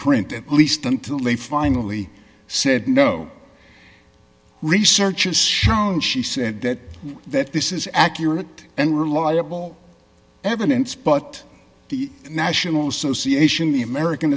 print at least until they finally said no research has shown she said that that this is accurate and reliable evidence but the national association the american